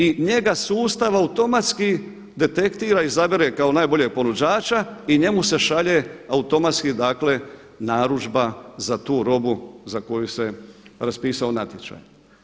I njega sustav automatski detektira izabere kao najboljeg ponuđača i njemu se šalje automatski dakle narudžba za tu robu za koju se raspisao natječaj.